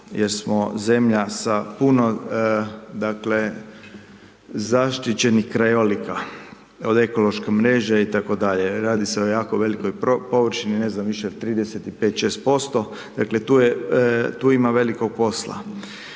jer smo zemlja sa puno dakle zaštićenih krajolika, od ekološke mreže itd. Radi se o jako velikoj površini, ne znam više, 35, 6 %, dakle tu ima velikog posla.